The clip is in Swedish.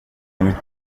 mitt